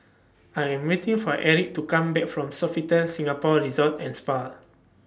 I Am waiting For Erik to Come Back from Sofitel Singapore Resort and Spa